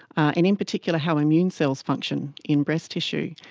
and in particular how immune cells function in breast tissue.